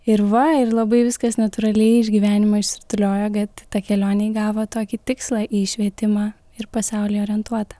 ir va ir labai viskas natūraliai iš gyvenimo išsirutuliojo kad ta kelionė įgavo tokį tikslą į švietimą ir pasaulį orientuota